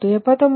4